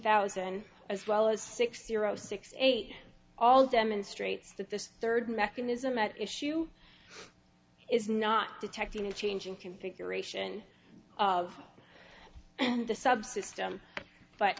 thousand as well as six zero six eight all demonstrates that this third mechanism at issue is not detecting a change in configuration of and the subsystem but